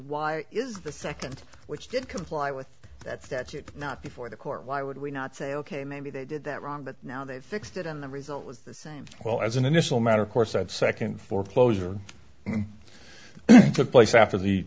why is the second which did comply with that statute but not before the court why would we not say ok maybe they did that wrong but now they've fixed it and the result was the same well as an initial matter of course of second foreclosure the place after